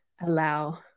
allow